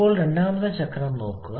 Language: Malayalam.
ഇപ്പോൾ രണ്ടാമത്തെ ചക്രം നോക്കുക